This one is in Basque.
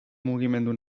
mugimendu